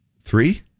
three